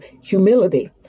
humility